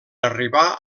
arribar